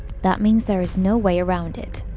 that means there is no way around it.